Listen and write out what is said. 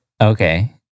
okay